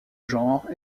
genre